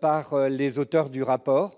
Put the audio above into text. par les auteurs de ce rapport